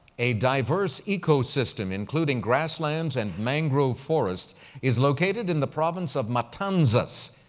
a diverse ecosystem including grasslands and mangrove forests is located in the province of matanzas,